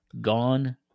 gone